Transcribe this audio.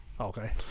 Okay